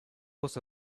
was